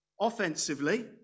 offensively